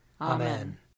Amen